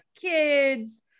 kids